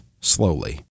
slowly